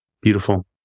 Beautiful